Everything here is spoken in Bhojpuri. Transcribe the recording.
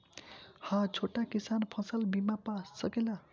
हा छोटा किसान फसल बीमा पा सकेला?